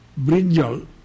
Brinjal